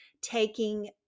taking